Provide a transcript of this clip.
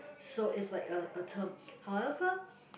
so it's like a a term however